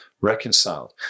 reconciled